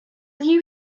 you